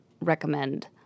recommend